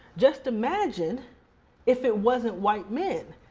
just imagine if it wasn't white men.